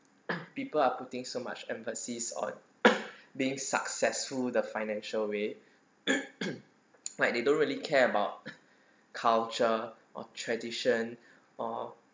people are putting so much emphasis on being successful the financial way like they don't really care about culture or tradition or